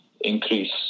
increase